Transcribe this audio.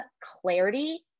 clarity